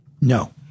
No